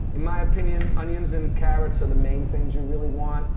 in my opinion, onions and carrots are the main things you really want.